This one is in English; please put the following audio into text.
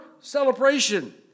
celebration